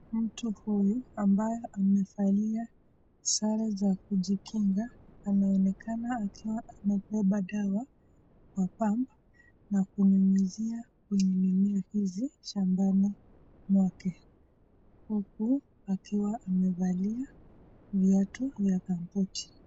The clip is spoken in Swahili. Mtu huyu ambaye amevalia sare za kujikinga, anaonekana akiwa amebeba dawa kwa [pump] na kunyunyizia kwenye mimea hizi, shambani mwake, huku akiwa amevalia viatu vya gambuti.